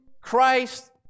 Christ